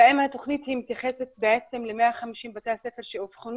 ואם התוכנית מתייחסת ל-150 בתי הספר שאובחנו